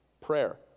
Prayer